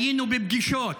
היינו בפגישות,